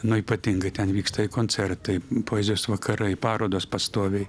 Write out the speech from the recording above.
na ypatingai ten vyksta i koncertai poezijos vakarai parodos pastoviai